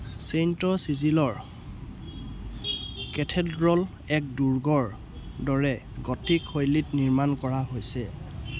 Saint চিজিলৰ cathedral এক দুৰ্গৰ দৰে গ'থিক শৈলীত নিৰ্মাণ কৰা হৈছে